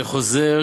לחוזר,